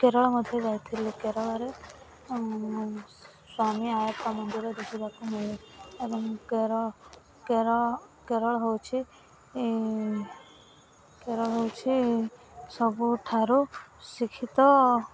କେରଳ ମଧ୍ୟ ଯାଇଥିଲି କେରଳରେ ସ୍ୱାମୀ ଆୟାପ୍ପା ମନ୍ଦିର ଦେଖିବାକୁ ମିଳେ ଏବଂ କେରଳ ହେଉଛି କେରଳ ହେଉଛି ସବୁଠାରୁ ଶିକ୍ଷିତ